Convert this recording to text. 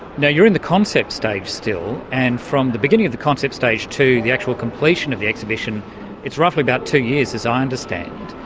yeah you're in the concept stage still, and from the beginning of the concept stage to the actual completion of the exhibition is roughly about two years, as i understand.